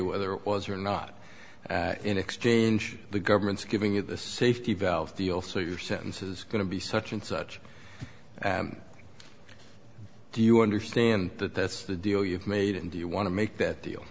whether it was or not in exchange the government's giving you the safety valves deal so your sentences going to be such and such and do you understand that that's the deal you've made and you want to make that deal